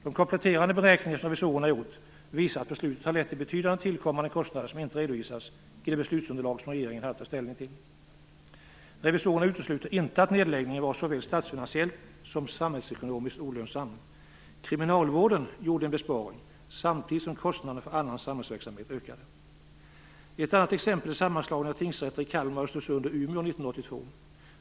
De kompletterande beräkningar som revisorerna har gjort visar att beslutet har lett till betydande tillkommande kostnader som inte redovisades i det beslutsunderlag som regeringen hade att ta ställning till. Revisorerna utesluter inte att nedläggningen var såväl statsfinansiellt som samhällsekonomiskt olönsam. Kriminalvården gjorde en besparing samtidigt som kostnaden för annan samhällsverksamhet ökade. Ett annat exempel är sammanslagningen av tingsrätter i Kalmar, Östersund och Umeå 1982.